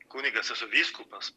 kunigas esu vyskupas